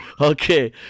Okay